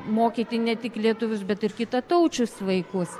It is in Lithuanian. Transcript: mokyti ne tik lietuvius bet ir kitataučius vaikus